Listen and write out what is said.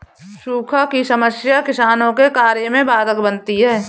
सूखा की समस्या किसानों के कार्य में बाधक बनती है